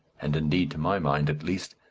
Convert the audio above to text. and, indeed, to my mind at least,